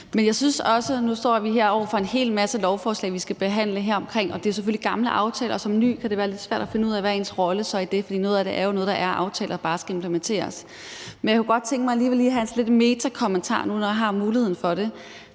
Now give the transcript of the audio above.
Men jeg synes også noget andet. Nu står vi her over for en hel masse lovforslag omkring det her, vi skal behandle. Det er selvfølgelig gamle aftaler, og som ny kan det være lidt svært at finde ud af, hvad ens rolle så er i det, for noget af det er jo noget, der er aftalt og bare skal implementeres. Men jeg kunne godt tænke mig alligevel at komme med sådan lidt en metakommentar nu, når jeg har muligheden for det.